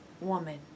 woman